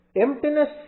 Emptiness